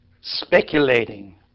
speculating